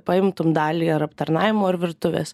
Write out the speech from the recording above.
paimtum dalį ar aptarnavimo ar virtuvės